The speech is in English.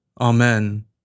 Amen